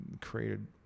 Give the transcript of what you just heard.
created